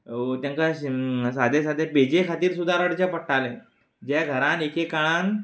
तेंकां सादे सादे पेजे खातीर सुद्दां रडचें पडटालें जे घरान एक एकान